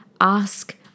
ask